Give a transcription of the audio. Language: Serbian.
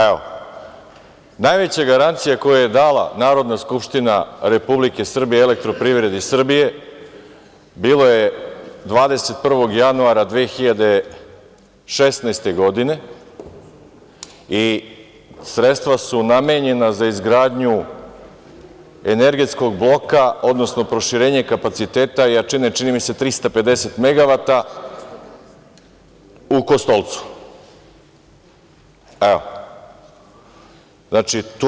Evo, najveća garancija koju je dala Narodna skupština Republike Srbije EPS-u bila je 21. januara 2016. godine i sredstva su namenjena za izgradnju energetskog bloka, odnosno proširenje kapaciteta jačine, čini mi se, 350 megavata u Kostolcu.